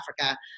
Africa